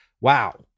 wow